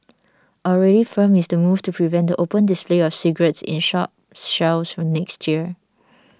already firm is the move to prevent the open display of cigarettes in shop shelves from next year